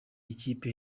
ikipe